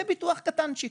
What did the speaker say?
זה ביטוח קטנצ'יק,